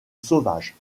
sauvage